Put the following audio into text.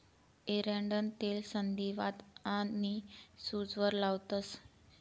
एरंडनं तेल संधीवात आनी सूजवर लावतंस